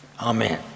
amen